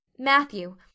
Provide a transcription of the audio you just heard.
Matthew